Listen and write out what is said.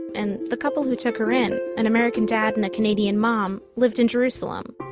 and the couple who took her in an american dad and a canadian mom lived in jerusalem.